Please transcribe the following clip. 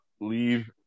leave